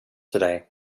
today